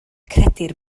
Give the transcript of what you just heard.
credir